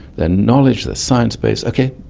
their knowledge, their science base, okay,